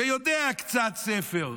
שיודע קצת ספר: